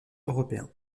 européens